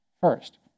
first